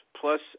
Plus